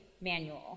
manual